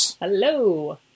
Hello